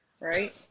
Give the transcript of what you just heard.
right